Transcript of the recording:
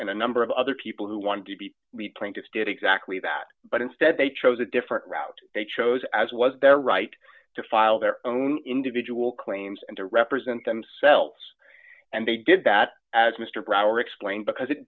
and a number of other people who wanted to be reprinted did exactly that but instead they chose a different route they chose as was their right to file their own individual claims and to represent themselves and they did that as mr brower explained because it